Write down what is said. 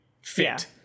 fit